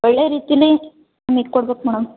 ಒಳ್ಳೆಯ ರೀತಿಲಿ ನಮಿಗೆ ಕೊಡ್ಬೇಕು ಮೇಡಮ್